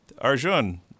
Arjun